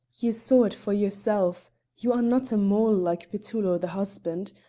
you saw it for yourself you are not a mole like petullo the husband.